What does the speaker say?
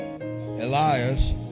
Elias